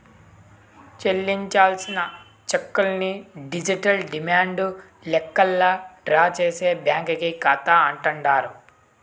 చెల్లించాల్సిన చెక్కుల్ని digital demand లెక్కల్లా డ్రా చేసే బ్యాంకీ కాతా అంటాండారు